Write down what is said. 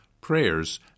prayers